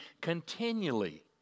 continually